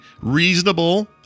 reasonable